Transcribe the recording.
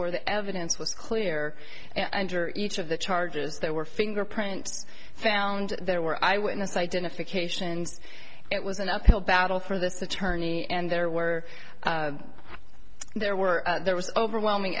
where the evidence was clear and or each of the charges there were fingerprints found there were eyewitness identifications it was an uphill battle for this attorney and there were there were there was overwhelming